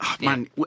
Man